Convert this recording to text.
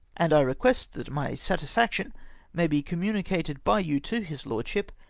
and i request that my satisfaction may be communicated by you to his lordship,